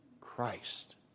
Christ